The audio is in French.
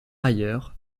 ailleurs